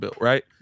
right